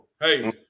Hey